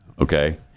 Okay